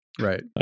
right